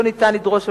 לא ניתן לדרוש עמידה,